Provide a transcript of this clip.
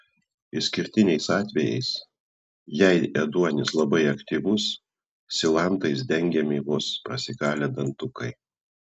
išskirtiniais atvejais jei ėduonis labai aktyvus silantais dengiami vos prasikalę dantukai